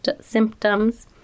symptoms